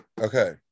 Okay